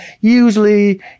usually